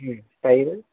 ம் தயிர்